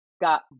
got